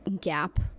gap